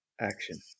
action